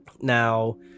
Now